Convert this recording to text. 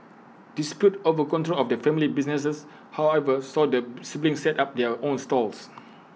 disputes over control of the family business however saw the siblings set up their own stalls